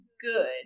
good